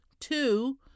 two